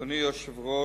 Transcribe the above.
אדוני היושב-ראש,